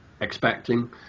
expecting